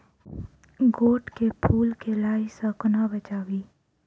गोट केँ फुल केँ लाही सऽ कोना बचाबी?